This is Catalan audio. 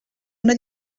una